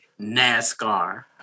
NASCAR